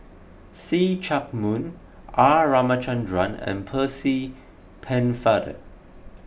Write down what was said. See Chak Mun R Ramachandran and Percy Pennefather